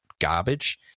garbage